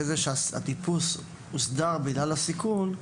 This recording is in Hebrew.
שהטיפוס הוסדר בגלל הסיכון.